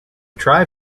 tribe